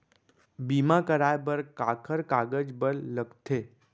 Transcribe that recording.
बीमा कराय बर काखर कागज बर लगथे?